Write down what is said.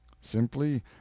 simply